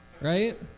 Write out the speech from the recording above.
Right